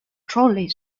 trolley